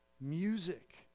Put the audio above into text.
Music